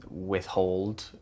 withhold